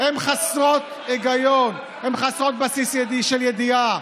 הן חסרות היגיון, הן חסרות בסיס של ידיעה.